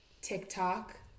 TikTok